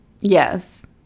yes